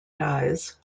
dies